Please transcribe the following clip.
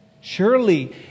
surely